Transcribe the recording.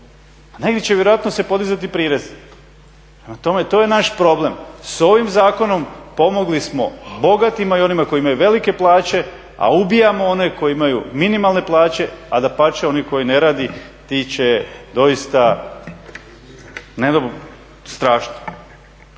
negdje će vjerojatno se podizati i prirez. Prema tome, to je naš problem. S ovim zakonom pomogli smo bogatima i onima koji imaju velike plaće, a ubijamo one koji imaju minimalne plaće a dapače oni koji ne rade ti će doista, ne